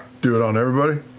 do it on everybody?